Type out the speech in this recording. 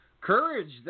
Courage